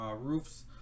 roofs